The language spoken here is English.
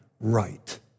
right